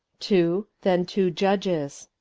two then, two iudges.